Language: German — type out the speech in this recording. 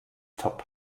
top